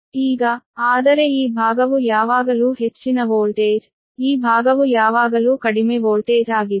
ಈಗ ಆದರೆ ಈ ಭಾಗವು ಯಾವಾಗಲೂ ಹೆಚ್ಚಿನ ವೋಲ್ಟೇಜ್ ಈ ಭಾಗವು ಯಾವಾಗಲೂ ಕಡಿಮೆ ವೋಲ್ಟೇಜ್ ಆಗಿದೆ